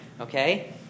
Okay